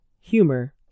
humor